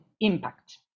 impact